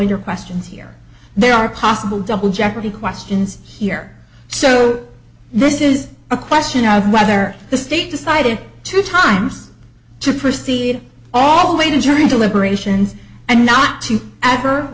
join your questions here there are possible double jeopardy questions here so this is a question of whether the state decided to times to proceed all the way to jury deliberations and not to ever